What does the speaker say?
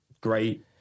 great